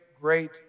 great